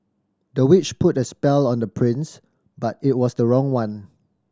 the witch put a spell on the prince but it was the wrong one